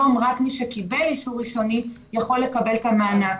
מאוד קל לסגור הכול ולהוריד את התחלואה.